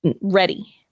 ready